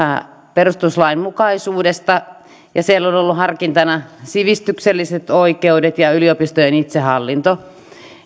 perustuslainmukaisuudesta ja siellä on ollut harkinnassa sivistykselliset oikeudet ja yliopistojen itsehallinto